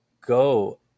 go